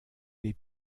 les